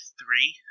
three